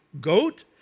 goat